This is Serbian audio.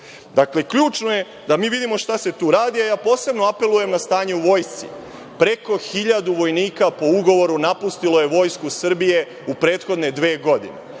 ključno je da mi vidimo šta se tu radi, a ja posebno apelujem na stanje u vojsci. Preko 1000 vojnika po ugovoru napustilo je Vojsku Srbije u prethodne dve godine.